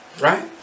Right